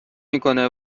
میکنه